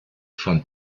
von